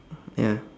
ya